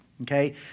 Okay